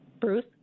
Bruce